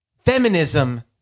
Feminism